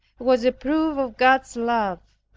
was a proof of god's love.